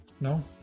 no